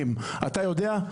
אבל בהסתכלות שלנו,